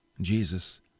Jesus